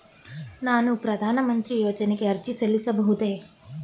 ನಾನು ಪ್ರಧಾನ ಮಂತ್ರಿ ಯೋಜನೆಗೆ ಅರ್ಜಿ ಸಲ್ಲಿಸಬಹುದೇ?